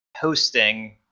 hosting